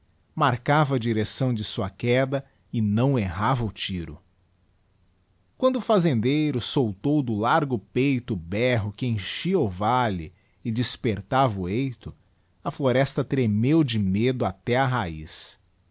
marcava a direcção de sua queda e não errava o tiro quando o fazendeiro soltou do largo peito o berro que enchia o valle e despertava o eito a floresta tremeu de medo até á raiz